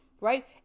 right